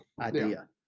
idea